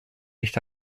nicht